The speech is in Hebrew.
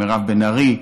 מירב בן ארי,